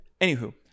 Anywho